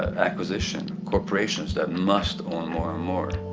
acquisition corporations that must own more and more.